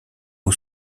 aux